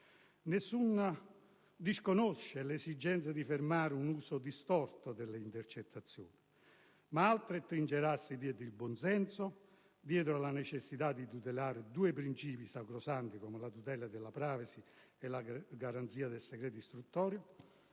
Nessuno disconosce l'esigenza di fermare un uso distorto delle intercettazioni, ma altro è trincerarsi dietro il buon senso, dietro la necessità di tutelare due principi sacrosanti, come la tutela della *privacy* e la garanzia del segreto istruttorio,